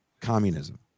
communism